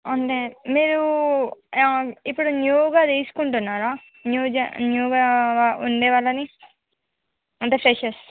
మీరు ఇప్పుడు న్యూగా తీసుకుంటున్నారా న్యూ జా న్యూగా ఉండేవాళ్ళని అంటే ఫ్రెషర్స్